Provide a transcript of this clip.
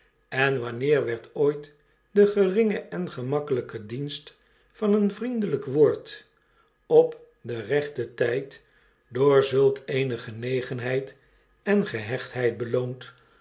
en wanneer werd ooit de geringe en gemakkelijke dienst van een vriendelijk woord op den rechten tijd door zulk eene genegenheid en gehechtheid beloond